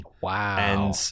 Wow